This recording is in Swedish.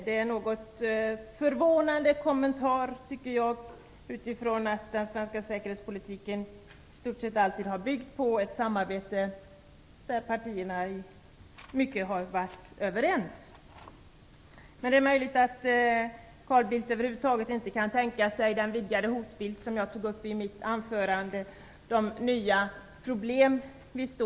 Det är en något förvånande kommentar, tycker jag, med tanke på att den svenska säkerhetspolitiken i stort sett alltid har byggt på ett samarbete, där partierna har varit överens om mycket. Det är möjligt att Carl Bildt över huvud taget inte kan tänka sig den vidgade hotbild, de nya problem som vi står inför, som jag tog upp i mitt anförande.